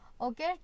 Okay